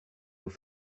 nous